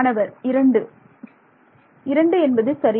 மாணவர் 2 இரண்டு என்பது சரி